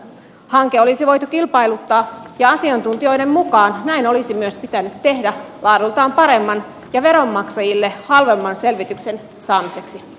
hanke olisi voitu kilpailuttaa ja asiantuntijoiden mukaan näin olisi myös pitänyt tehdä laadultaan paremman ja veronmaksajille halvemman selvityksen saamiseksi